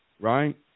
right